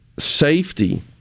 safety